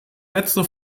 letzte